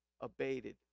abated